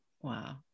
wow